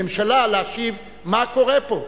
כממשלה להשיב מה קורה פה.